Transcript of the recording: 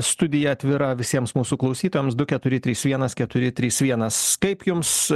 studija atvira visiems mūsų klausytojams du keturi trys vienas keturi trys vienas kaip jums